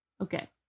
Okay